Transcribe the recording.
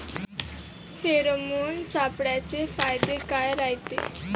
Pheromone सापळ्याचे फायदे काय रायते?